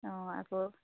অঁ আকৌ